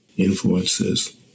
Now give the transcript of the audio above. influences